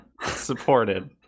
supported